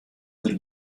der